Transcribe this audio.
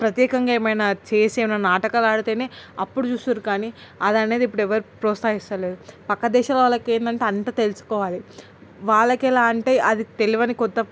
ప్రత్యేకంగా ఏమైనా చేసి ఏమైనా నాటకాలు ఆడితేనే అప్పుడు చూస్తున్నారు కానీ అది అనేది ఇప్పుడు ఎవరూ ప్రోత్సాహించటం లేదు పక్క దేశం వాళ్ళకి ఏంటంటే అన్ని తెలుసుకోవాలి వాళ్ళకి ఎలా అంటే అది తెలియని కొత్త